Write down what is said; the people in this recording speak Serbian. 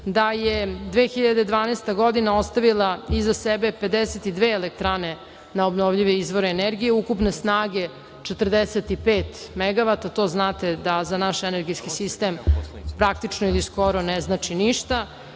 da je 2012. godina ostavila iza sebe 52 elektrane na obnovljive izvore energije, ukupne snage 45 megavata, to znate da za naš energetski sistem praktično ili skoro ne znači ništa.